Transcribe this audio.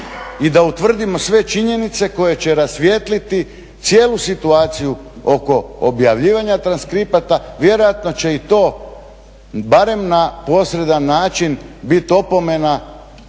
i da utvrdimo sve činjenice koje će rasvijetliti cijelu situaciju oko objavljivanja transkripata, vjerojatno će i to barem na posredan način biti opomena